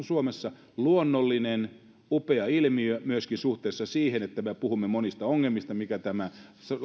suomessa tämä on luonnollinen upea ilmiö myöskin suhteessa siihen että me puhumme monista ongelmista jollainen tämä